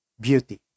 beauty